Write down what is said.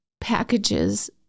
packages